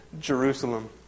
Jerusalem